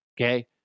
Okay